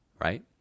right